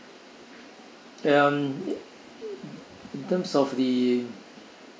um in terms of the